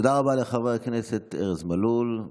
תודה רבה לחבר הכנסת ארז מלול.